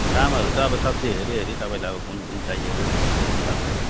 दामहरू त अब सब्जी हेरी हेरी तपाईँलाई अब कुन कुन चाहिएको त्यही हिसाबले